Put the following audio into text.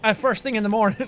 ah first thing in the mornin.